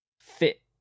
fit